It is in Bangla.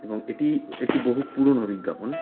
এবং এটি একটি বহু পুরোনো বিজ্ঞাপন